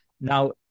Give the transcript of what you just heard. now